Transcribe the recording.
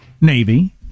navy